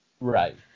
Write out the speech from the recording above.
Right